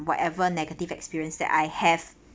whatever negative experience that I have